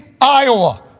Iowa